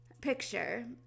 Picture